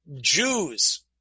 Jews